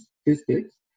statistics